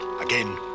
Again